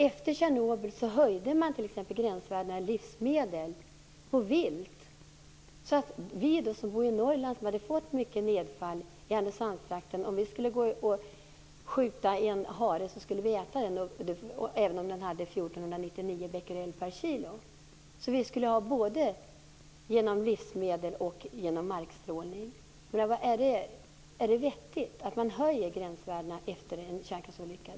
Efter Tjernobyl höjde man t.ex. gränsvärdena för livsmedel och för vilt. Om vi som bodde i Norrland - Härnösandstrakten hade fått ett stort nedfall - skulle skjuta en hare skulle vi äta den även om den innehöll 1499 becquerel per kilo. Vi skulle få i oss radioaktiva ämnen både genom livsmedel och genom markstrålning. Är det vettigt att man höjer gränsvärdena efter en kärnkraftsolycka?